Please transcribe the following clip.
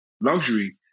luxury